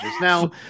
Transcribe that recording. Now